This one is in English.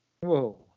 whoa